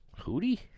Hootie